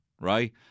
right